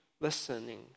listening